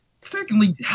Secondly